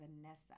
Vanessa